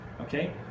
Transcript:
okay